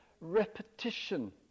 repetition